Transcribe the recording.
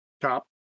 top